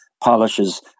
polishes